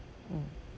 mm